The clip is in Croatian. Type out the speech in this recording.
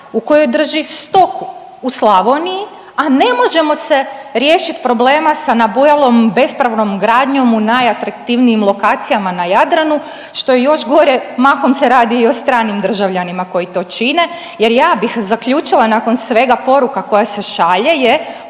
u kojoj drži stoku u Slavoniji, a ne možemo se riješiti problema sa nabujalom bespravnom gradnjom u najatraktivnijim lokacijama na Jadranu, što je još gore mahom se radi i o stranim državljanima koji to čine, jer ja bih zaključila nakon svega poruka koja se šalje